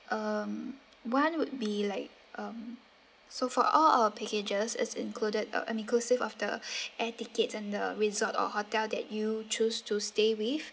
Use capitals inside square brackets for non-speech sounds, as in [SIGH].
um one would be like um so for all our packages is included uh inclusive of the [BREATH] air tickets and the resort or hotel that you choose to stay with